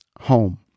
home